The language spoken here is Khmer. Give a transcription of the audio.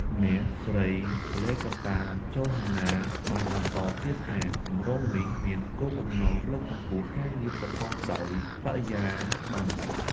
អ្នកស្រី ឡេហ្គាតា ចូហានណា (Legarta Johanna) បានបន្តទៀតថា “គម្រោងនេះមានគោលបំណងលើកកម្ពស់ការងារប្រកបដោយបរិយាប័ន្ន